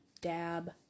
Dab